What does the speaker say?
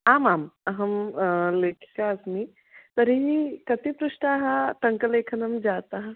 आमाम् अहं लिक्षा अस्मि तर्हि कति पृष्टाः टङ्कलेखनं जातः